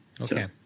Okay